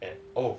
then oh